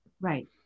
Right